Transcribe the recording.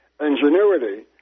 Ingenuity